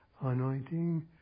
anointing